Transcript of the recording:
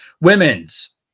Women's